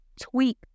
tweak